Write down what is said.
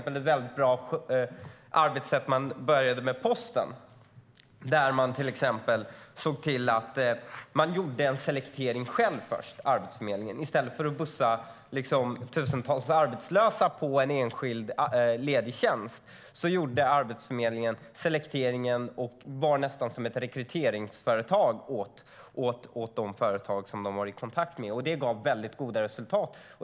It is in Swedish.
Ett mycket bra arbetssätt är det som Posten började med. Där såg Arbetsförmedlingen till att själv göra en selektering. I stället för att bussa tusentals arbetslösa på en enskild ledig tjänst gjorde Arbetsförmedlingen selekteringen och fungerade nästan som ett rekryteringsföretag åt de företag som de var i kontakt med. Det gav mycket goda resultat.